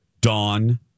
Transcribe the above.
Dawn